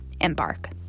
Embark